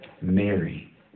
Mary